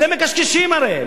אתם מקשקשים הרי.